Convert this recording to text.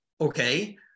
okay